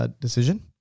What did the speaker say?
Decision